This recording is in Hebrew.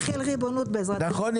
נכון?